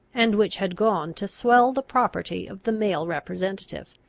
and which had gone to swell the property of the male representative.